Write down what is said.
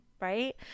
right